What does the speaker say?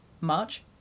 March